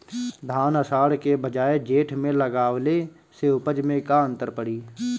धान आषाढ़ के बजाय जेठ में लगावले से उपज में का अन्तर पड़ी?